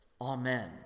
Amen